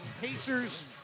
Pacers